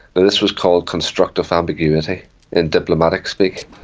this was called constructive ambiguity in diplomatic-speak.